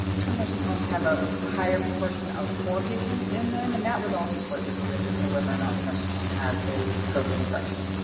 some nursing homes have a higher proportion of poor patients in them, and that was also slightly related to whether or not the nursing home had a covid infection.